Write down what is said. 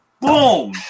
boom